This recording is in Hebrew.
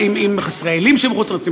עם ישראלים שבחוץ-לארץ,